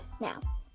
Now